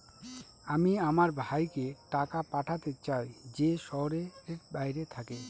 আমি আমার ভাইকে টাকা পাঠাতে চাই যে শহরের বাইরে থাকে